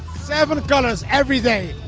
seven colors every day.